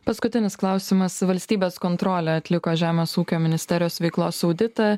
paskutinis klausimas valstybės kontrolė atliko žemės ūkio ministerijos veiklos auditą